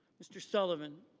mr. sullivan.